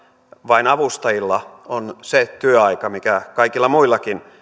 vain avustajilla on se työaika mikä kaikilla muillakin